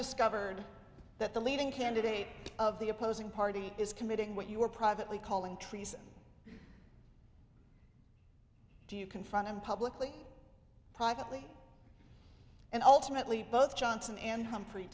discovered that the leading candidate of the opposing party is committing what you were privately calling treason do you confront him publicly privately and ultimately both johnson and humphrey